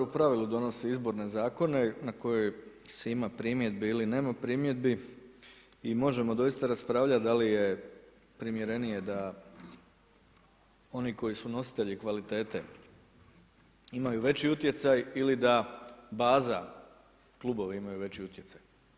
Sabor u pravilu donosi izborne zakone na koje se ima primjedbe ili nema primjedbi i možemo doista raspravljat da li je primjerenije da oni koji su nositelji kvalitete imaju veći utjecaj ili da baza, klubovi imaju veći utjecaj.